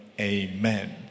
Amen